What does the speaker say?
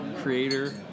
creator